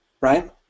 right